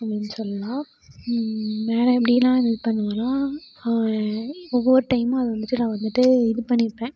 அப்படின்னு சொல்லலாம் வேறு எப்படிலாம் இது பண்ணுவேன்னா இப்போ போகிற டைமு அதை வந்துட்டு நான் வந்துட்டு இது பண்ணிப்பேன்